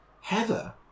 Heather